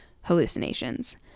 hallucinations